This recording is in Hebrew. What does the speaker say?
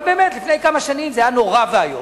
אבל באמת, לפני כמה שנים זה היה נורא ואיום.